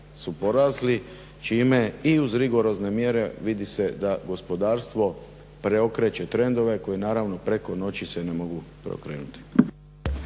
su porasli čime i uz rigorozne mjere vidi se da gospodarstvo preokreće trendove koje naravno preko noći se ne mogu preokrenuti.